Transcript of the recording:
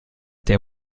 der